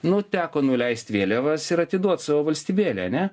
nu teko nuleist vėliavas ir atiduot savo valstybėlę ane